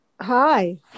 hi